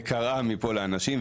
וקראה מפה לאנשים,